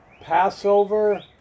Passover